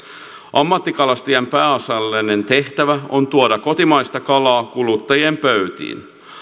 ammattikalastajien pääasiallinen tehtävä on tuoda kotimaista kalaa kuluttajien pöytiin